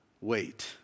Wait